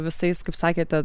visais kaip sakėte